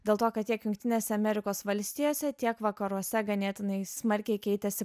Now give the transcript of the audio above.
dėl to kad tiek jungtinėse amerikos valstijose tiek vakaruose ganėtinai smarkiai keitėsi